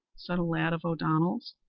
said a lad of o'donnell's.